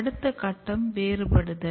அடுத்த கட்டம் வேறுபடுதல்